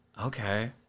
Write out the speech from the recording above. Okay